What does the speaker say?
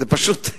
זה פשוט,